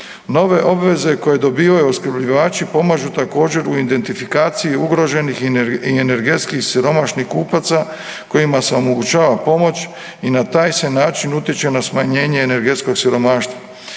Nove obveze koje dobivaju opskrbljivači pomažu također u identifikaciji ugroženih i energetski siromašnih kupaca kojima se omogućava pomoć i na taj se način utječe na smanjenje energetskog siromaštva.